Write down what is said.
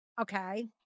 Okay